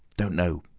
don't know.